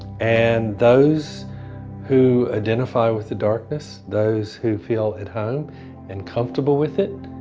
and those who identify with the darkness, those who feel at home and comfortable with it,